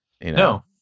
No